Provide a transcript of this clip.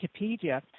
Wikipedia